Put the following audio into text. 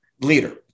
leader